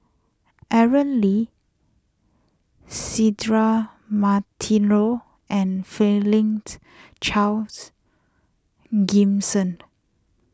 Aaron Lee Cedric Monteiro and Franklin's Charles Gimson